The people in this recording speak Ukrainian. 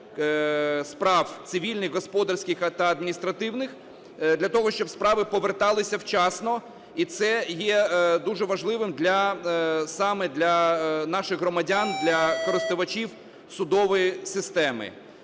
справ цивільних, господарських та адміністративних для того, щоб справи поверталися вчасно. І це є дуже важливим саме для наших громадян, для користувачів судової системи.